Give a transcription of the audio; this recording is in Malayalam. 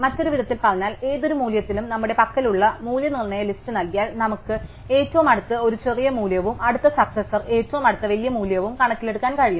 മറ്റൊരു വിധത്തിൽ പറഞ്ഞാൽ ഏതൊരു മൂല്യത്തിനും നമ്മുടെ പക്കലുള്ള മൂല്യനിർണ്ണയ ലിസ്റ്റ് നൽകിയാൽ നമുക്ക് ഏറ്റവും അടുത്തത് ഒരു ചെറിയ മൂല്യവും അടുത്ത സക്സസാർ ഏറ്റവും അടുത്തുള്ള വലിയ മൂല്യവും കണക്കിലെടുക്കാൻ കഴിയും